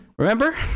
Remember